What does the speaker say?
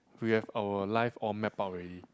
we have our life all mapped out already